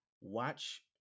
Watch